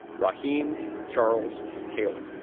raheme charles taylor,